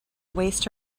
waste